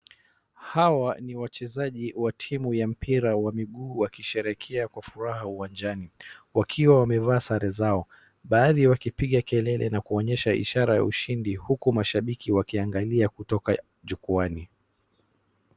Hawa ni wachezaji wa timu ya mpira wa miguu wakisherehekea kwa furaha uwanjani. Wakiwa wamevaa sare zao baadhi wakipiga kelele na kuonyesha ishara ya ushindi huku mashabiki wakiangalia kutoka jukwaani.